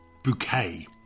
Bouquet